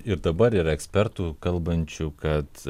ir dabar yra ekspertų kalbančių kad